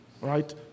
right